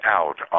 out